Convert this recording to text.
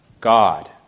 God